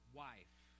wife